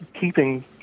keeping